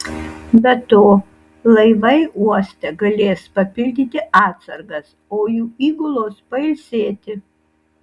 be to laivai uoste galės papildyti atsargas o jų įgulos pailsėti